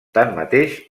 tanmateix